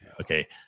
okay